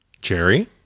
Jerry